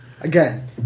Again